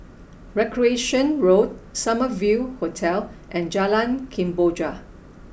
Recreation Road Summer View Hotel and Jalan Kemboja